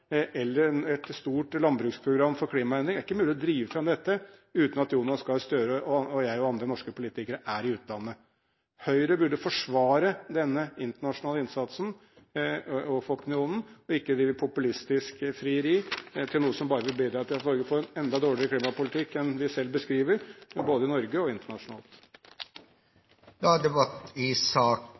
eller et stort landbruksprogram for klimaendring uten at Jonas Gahr Støre, jeg og andre norske politikere er i utlandet. Høyre burde forsvare denne internasjonale innsatsen overfor opinionen og ikke drive populistisk frieri til noe som bare bidrar til at vi får en enda dårligere klimapolitikk enn den de selv beskriver – både i Norge og internasjonalt. Sak nr. 2 er dermed avsluttet. Stortinget går da